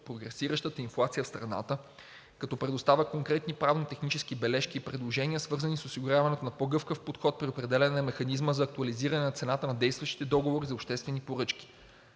прогресиращата инфлация в страната, като предоставя конкретни правно-технически бележки и предложения, свързани с осигуряването на по-гъвкав подход при определяне на механизма за актуализиране на цената на действащите договори за обществени поръчки.